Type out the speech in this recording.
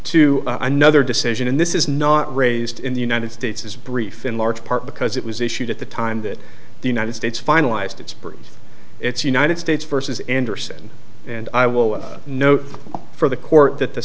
to another decision and this is not raised in the united states is brief in large part because it was issued at the time that the united states finalized its breeze it's united states versus andersen and i will note for the court that the